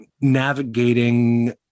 navigating